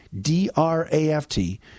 D-R-A-F-T